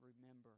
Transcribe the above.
remember